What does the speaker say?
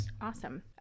Awesome